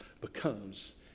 becomes